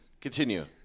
Continue